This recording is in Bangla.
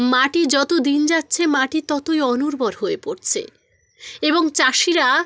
মাটি যতো দিন যাচ্ছে মাটি ততই অনুর্বর হয়ে পড়ছে এবং চাষিরা